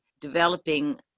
developing